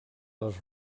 les